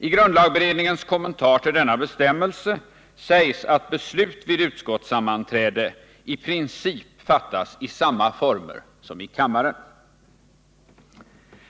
I grundlagberedningens kommentar till denna 14 december 1978 bestämmelse sägs att beslut vid utskottssammanträde i princip fattas i samma former som i kammaren.